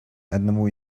одного